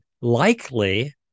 likely